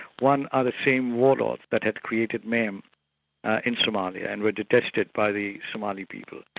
one are the same warlords that have created mayhem in somalia, and were detested by the somali people.